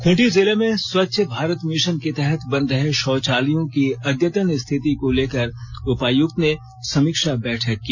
खूंटी जिले में स्वच्छ भारत मिशन के तहत बन रहे शौचालयों की अद्यतन स्थिति को लेकर उपायुक्त ने समीक्षा बैठक की